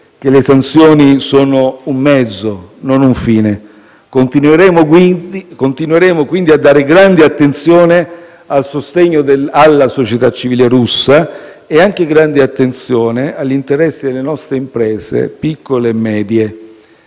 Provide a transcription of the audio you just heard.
cui le sanzioni sono un mezzo e non un fine. Continueremo, quindi, a dare grande attenzione al sostegno alla società civile russa e anche agli interessi delle nostre imprese, piccole e medie.